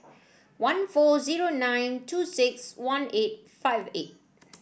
one four zero nine two six one eight five eight